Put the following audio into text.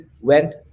went